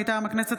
מטעם הכנסת,